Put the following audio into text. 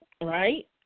right